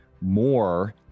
more